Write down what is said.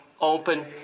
Open